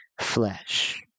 flesh